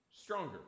stronger